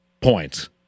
points